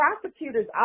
prosecutors